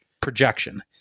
projection